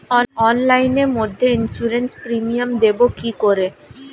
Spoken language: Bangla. অনলাইনে মধ্যে ইন্সুরেন্স প্রিমিয়াম দেবো কি করে?